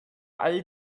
all